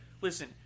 listen